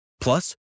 Plus